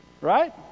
Right